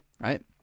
right